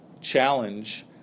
challenge